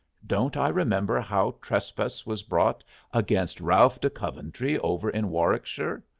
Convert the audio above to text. don't i remember how trespass was brought against ralph de coventry, over in warwickshire?